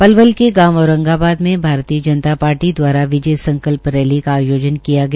पलवल के गांव ओरगांबाद में भारतय जनता पार्टी दवारा संकल्प रैली का आयोजन किया गया